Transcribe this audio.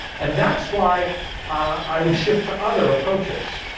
and that's why i would shift to other approaches.